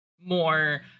more